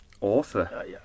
author